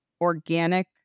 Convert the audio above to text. organic